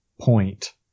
point